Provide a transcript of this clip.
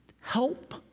help